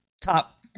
top